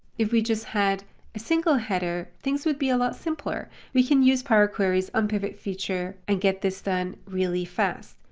if we just had a single header, things would be a lot simpler we can use power query's unpivot feature and get this done really fast.